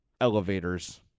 Elevators